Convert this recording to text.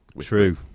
True